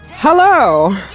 Hello